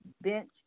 bench